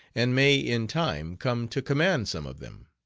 and may in time come to command some of them.